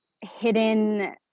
hidden